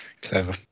clever